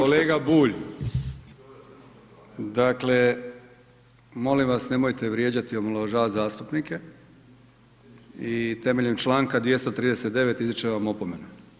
Kolega Bulj, dakle molim vas nemojte vrijeđati i omalovažavati zastupnike i temeljem članka 239. izričem vam opomenu.